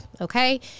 okay